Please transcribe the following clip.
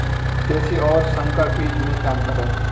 देशी और संकर बीज में क्या अंतर है?